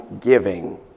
giving